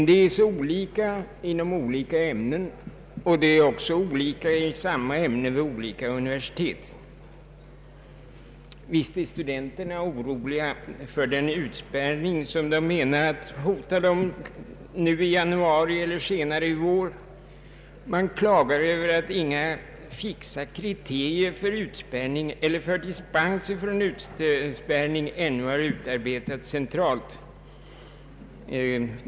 Det är olika inom olika ämnen, och det är också olika inom samma ämnen vid olika universitet. Visst är studenterna oroliga för den utspärrning som hotar dem nu i januari eller senare i vår. Man klagar över att inga fixa kriterier för dispens från utspärrning ännu har utarbetats centralt.